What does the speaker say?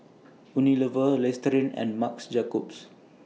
Unilever Listerine and Marc's Jacobs